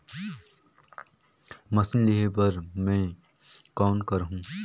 Machine लेहे बर मै कौन करहूं?